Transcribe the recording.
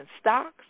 stocks